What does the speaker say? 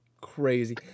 crazy